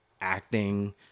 acting